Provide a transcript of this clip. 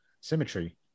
symmetry